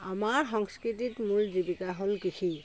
আমাৰ সংস্কৃতিত মূল জীৱিকা হ'ল কৃষি